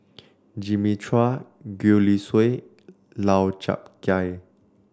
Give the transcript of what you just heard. Jimmy Chua Gwee Li Sui Lau Chiap Khai